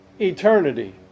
eternity